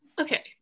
okay